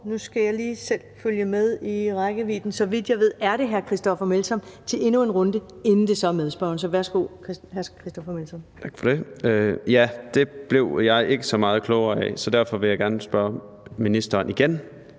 Nu skal jeg lige selv følge med i rækkefølgen. Så vidt jeg ved, er det hr. Christoffer Aagaard Melson til endnu en runde, inden det så er medspørgeren. Så værsgo, hr. Christoffer Aagaard Melson. Kl. 16:45 Christoffer Aagaard Melson (V): Tak for det. Ja, det blev jeg ikke så meget klogere af, så derfor vil jeg gerne spørge ministeren igen